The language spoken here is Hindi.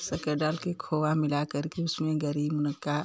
शक्कर डाल कर खोया मिलाकर के उसमें गरी मुनक्का